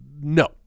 No